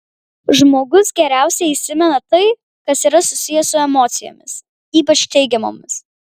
žmogus geriausiai įsimena tai kas yra susiję su emocijomis ypač teigiamomis